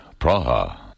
Praha